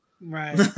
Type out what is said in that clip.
Right